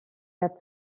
der